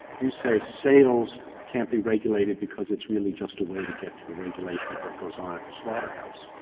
you say sales can't be regulated because it's really just a way to get to the regulation of what goes on at the slaughterhouse.